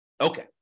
Okay